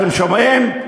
אתם שומעים?